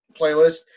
playlist